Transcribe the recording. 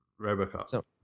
Robocop